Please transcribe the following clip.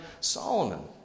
Solomon